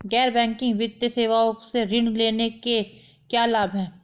गैर बैंकिंग वित्तीय सेवाओं से ऋण लेने के क्या लाभ हैं?